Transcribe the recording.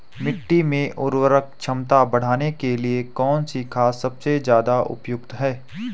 मिट्टी की उर्वरा क्षमता बढ़ाने के लिए कौन सी खाद सबसे ज़्यादा उपयुक्त है?